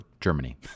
Germany